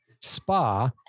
spa